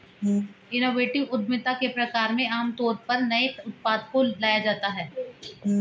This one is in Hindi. इनोवेटिव उद्यमिता के प्रकार में आमतौर पर नए उत्पाद को लाया जाता है